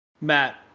Matt